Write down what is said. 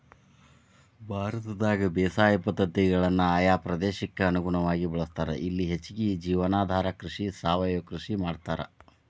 ಭಾರತದಾಗ ಬೇಸಾಯ ಪದ್ಧತಿಗಳನ್ನ ಆಯಾ ಪ್ರದೇಶಕ್ಕ ಅನುಗುಣವಾಗಿ ಬಳಸ್ತಾರ, ಇಲ್ಲಿ ಹೆಚ್ಚಾಗಿ ಜೇವನಾಧಾರ ಕೃಷಿ, ಸಾವಯವ ಕೃಷಿ ಮಾಡ್ತಾರ